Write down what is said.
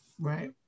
Right